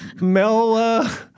Mel